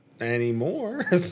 anymore